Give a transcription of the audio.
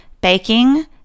Baking